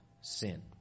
sin